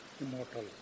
Immortal